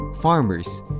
farmers